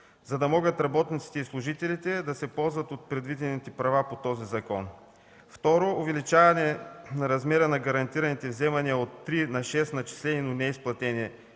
за да могат работниците и служителите да се ползват от предвидените права по този закон. 2. Увеличаване на размера на гарантираните вземания от три на шест начислени, но неизплатени месечни